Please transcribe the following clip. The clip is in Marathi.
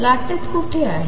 लाटेत कुठे आहे